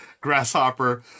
Grasshopper